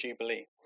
Jubilee